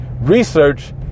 research